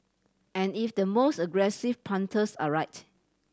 and if the most aggressive punters are right